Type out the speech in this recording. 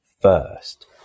first